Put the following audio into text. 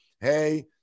hey